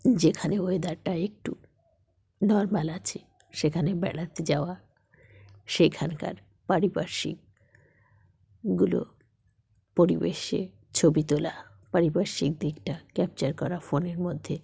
যেখানে ওয়েদারটা একটু নর্মাল আছে সেখানে বেড়াতে যাওয়া সেইখানকার পারিপার্শ্বিকগুলো পরিবেশে ছবি তোলা পারিপার্শ্বিক দিকটা ক্যাপচার করা ফোনের মধ্যে